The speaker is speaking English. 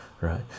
right